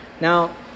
Now